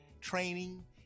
training